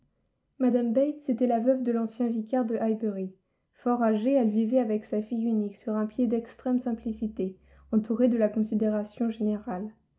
bates était la veuve de l'ancien vicaire de highbury fort âgée elle vivait avec sa fille unique sur un pied d'extrême simplicité entourée de la considération générale